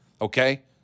okay